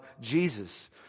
Jesus